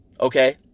Okay